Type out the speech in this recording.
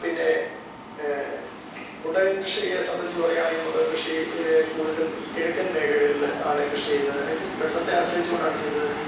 പിന്നേ മുണ്ടകൻ കൃഷിയെ സംബന്ധിച്ച് പറയുകയാണെങ്കിൽ മുണ്ടകൻ കൃഷി കൂടുതലും കിഴക്കൻ മേഖലകളില് ആണ് കൃഷിചെയ്യുന്നത് ഇതും വെള്ളത്തെ ആശ്രയിച്ചുകൊണ്ടാണ് ചെയ്യുന്നത്